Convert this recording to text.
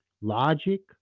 Logic